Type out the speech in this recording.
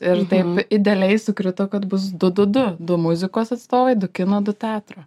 ir taip idealiai sukrito kad bus du du du du muzikos atstovai du kino du teatro